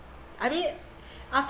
I mean after